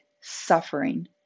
suffering